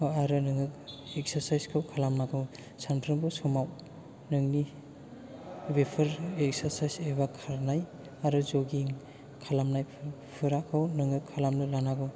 आरो नोङो एकसारसाइसखौ खालामनांगौ सानफ्रोमबो समाव नोंनि बेफोर एकसारसाइस एबा खारनाय आरो जगिं खालामनायफोराखौ नोङो खालामनो लानांगौ